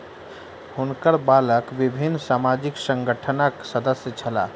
हुनकर बालक विभिन्न सामाजिक संगठनक सदस्य छला